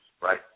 right